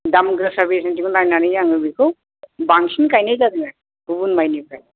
दाम गोसा बेसेनथिनिखौ नायनानै आं बेखौ बांसिन गायनाय जादों आरो गुबुन माइनिफ्राय